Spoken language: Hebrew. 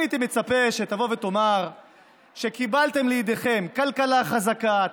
הייתי מצפה שתבוא ותאמר שקיבלתם לידיכם כלכלה חזקה,